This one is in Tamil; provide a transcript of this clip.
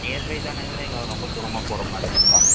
நியர்பை தானுங்களே இல்லை ரொம்ப தூரமாக போகிற மாதிரி இருக்குதுங்களா